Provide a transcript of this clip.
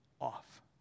off